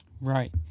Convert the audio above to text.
Right